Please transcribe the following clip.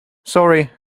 sorry